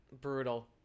Brutal